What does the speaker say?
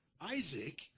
Isaac